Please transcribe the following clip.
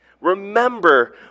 remember